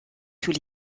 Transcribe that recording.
tous